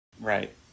Right